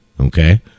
Okay